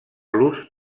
los